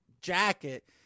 jacket